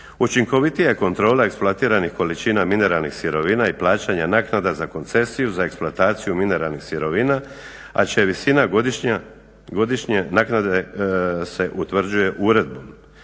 Učinkovitija je kontrola eksploatiranih količina mineralnih sirovina i plaćanja naknada za koncesiju za eksploataciju mineralnih sirovina, a čija je visina godišnje naknade se utvrđuje uredbom;